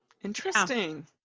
interesting